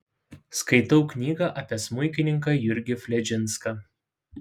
skaitau knygą apie smuikininką jurgį fledžinską